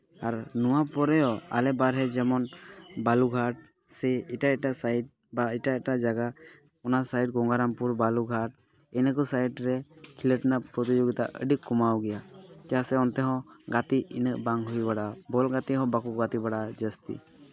ᱟᱨ ᱱᱚᱣᱟ ᱯᱚᱨᱮ ᱦᱚᱸ ᱟᱞᱮ ᱵᱟᱨᱦᱮ ᱡᱮᱢᱚᱱ ᱵᱟᱞᱩᱜᱷᱟᱴ ᱥᱮ ᱮᱴᱟᱜ ᱮᱴᱟᱜ ᱥᱟᱭᱤᱰ ᱵᱟ ᱮᱴᱟᱜ ᱮᱴᱟᱜ ᱡᱟᱭᱜᱟ ᱚᱱᱟ ᱥᱟᱭᱤᱰ ᱜᱚᱝᱜᱟᱨᱟᱢᱯᱩᱨ ᱵᱟᱞᱩᱜᱷᱟᱴ ᱤᱱᱟᱹ ᱠᱚ ᱥᱟᱭᱤᱰ ᱨᱮ ᱠᱷᱮᱞᱳᱰ ᱨᱮᱱᱟᱜ ᱯᱨᱚᱛᱤᱡᱳᱜᱤᱛᱟ ᱟᱹᱰᱤ ᱠᱚᱢᱟᱣ ᱜᱮᱭᱟ ᱪᱮᱫᱟᱜ ᱥᱮ ᱚᱱᱛᱮ ᱦᱚᱸ ᱜᱟᱛᱮᱜ ᱤᱱᱟᱹᱜ ᱵᱟᱝ ᱦᱩᱭ ᱵᱟᱲᱟᱜᱼᱟ ᱵᱚᱞ ᱜᱟᱛᱮᱜ ᱦᱚᱸ ᱵᱟᱠᱚ ᱜᱟᱛᱮ ᱵᱟᱲᱟᱜᱼᱟ ᱟᱨ ᱡᱟᱹᱥᱛᱤ